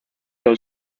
del